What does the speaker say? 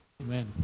Amen